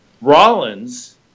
Rollins